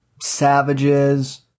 savages